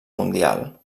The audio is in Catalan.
mundial